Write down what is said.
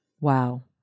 Wow